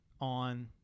on